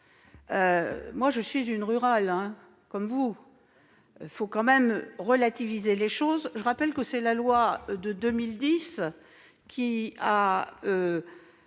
Je suis une rurale, comme vous. Il faut quand même relativiser les choses. Rappelons que c'est la loi de 2010 qui a